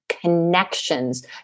connections